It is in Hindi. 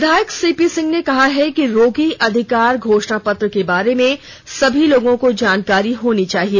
विधायक सीपी सिंह ने कहा है कि रोगी अधिकार घोषणा पत्र के बारे में सभी लोगों को जानकारी होनी चाहिए